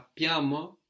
sappiamo